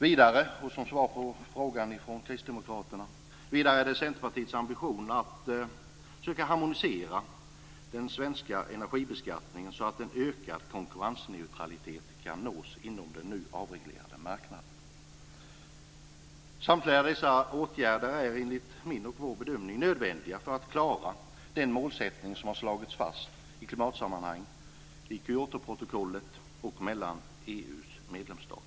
Vidare, och som svar på frågan från kristdemokraterna, är det Centerpartiets ambition att försöka harmonisera den svenska energibeskattningen så att en ökad konkurrensneutralitet kan nås inom den nu avreglerade marknaden. Samtliga dessa åtgärder är enligt min och vår bedömning nödvändiga för att klara den målsättning som har slagits fast i klimatsammanhang, i Kyotoprotokollet och mellan EU:s medlemsstater.